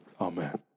Amen